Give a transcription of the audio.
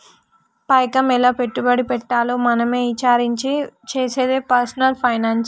పైకం ఎలా పెట్టుబడి పెట్టాలో మనమే ఇచారించి చేసేదే పర్సనల్ ఫైనాన్స్